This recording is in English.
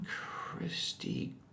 Christy